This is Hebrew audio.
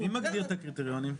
מי מגדיר את הקריטריונים?